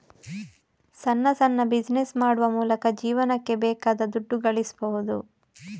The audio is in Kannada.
ಸಣ್ಣ ಸಣ್ಣ ಬಿಸಿನೆಸ್ ಮಾಡುವ ಮೂಲಕ ಜೀವನಕ್ಕೆ ಬೇಕಾದ ದುಡ್ಡು ಗಳಿಸ್ಬಹುದು